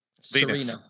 Serena